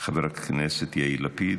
חבר הכנסת יאיר לפיד,